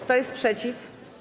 Kto jest przeciw?